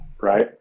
right